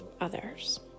others